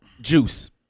Juice